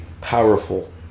powerful